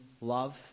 love